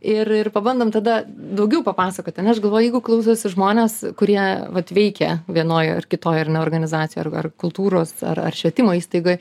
ir ir pabandom tada daugiau papasakot ane aš galvoju jeigu klausosi žmonės kurie vat veikia vienoj ar kitoj ar ne organizacijoj ar ar kultūros ar ar švietimo įstaigoj